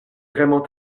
vraiment